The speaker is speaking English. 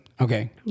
Okay